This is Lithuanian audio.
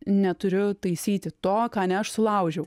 neturiu taisyti to ką ne aš sulaužiau